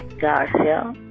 Garcia